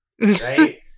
right